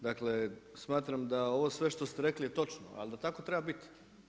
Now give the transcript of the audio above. Dakle, smatram da ovo sve što ste rekli je točno ali da tako treba biti.